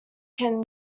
can